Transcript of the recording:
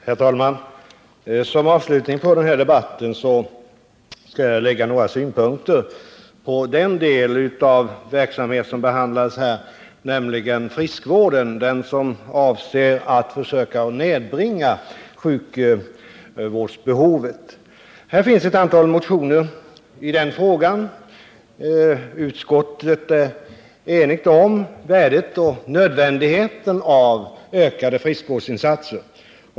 Herr talman! Som avslutning på den här debatten vill jag anlägga några synpunkter på den del av verksamheten som avser att försöka nedbringa sjukvårdsbehovet, nämligen friskvården. I den frågan finns ett antal motioner. Utskottet är enigt om värdet och nödvändigheten av ökade friskvårdsinsatser.